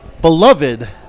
beloved